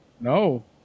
no